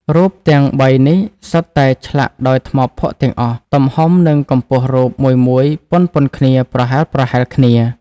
រូបទាំង ៣ នេះសុទ្ធតែឆ្លាក់ដោយថ្មភក់ទាំងអស់ ទំហំនិងកម្ពស់រូបមួយៗ ប៉ុនៗគ្នា ប្រហែលៗគ្នា